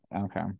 Okay